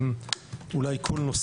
מטיפול בכמה